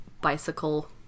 Bicycle